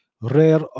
rare